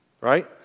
right